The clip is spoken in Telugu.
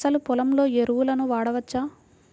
అసలు పొలంలో ఎరువులను వాడవచ్చా?